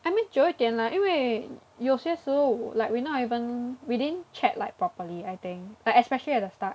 I mean 久一点啦因为有些时候 like we not even we didn't chat like properly I think like especially at the start